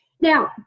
Now